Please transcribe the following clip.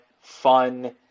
fun